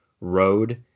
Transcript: road